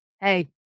Hey